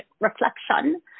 reflection